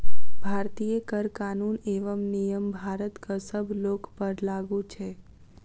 भारतीय कर कानून एवं नियम भारतक सब लोकपर लागू छै